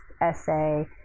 essay